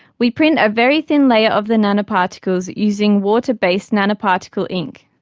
we print a very thin layer of the nanoparticles using water-based nanoparticle ink.